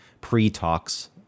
pre-talks